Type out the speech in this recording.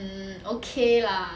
mm okay lah